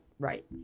Right